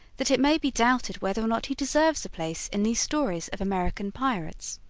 that it may be doubted whether or not he deserves a place in these stories of american pirates.